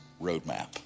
roadmap